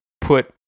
put